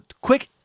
Quick